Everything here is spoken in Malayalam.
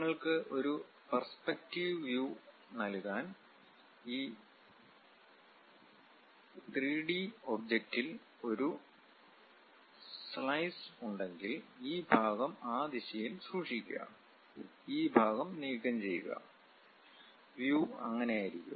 നിങ്ങൾക്ക് ഒരു പെർസ്പെക്ടിവ് വ്യൂ നൽകാൻ ഈ 3 ഡി ഒബ്ജക്ടിൽ ഒരു സ്ലൈസ് ഉണ്ടെങ്കിൽ ഈ ഭാഗം ആ ദിശയിൽ സൂക്ഷിക്കുക ഈ ഭാഗം നീക്കംചെയ്യുക വ്യൂ അങ്ങനെ ആരിക്കും